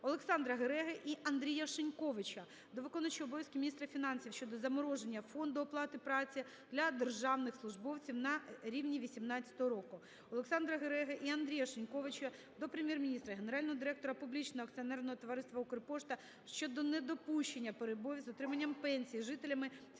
ОлександраГереги і Андрія Шиньковича до виконувача обов'язків міністра фінансів щодо замороження фонду оплати праці для державних службовців на рівні 18-го року. ОлександраГереги і Андрія Шиньковича до Прем'єр-міністра і Генерального директора Публічного акціонерного товариства "Укрпошта" щодо недопущення перебоїв з отриманням пенсій жителями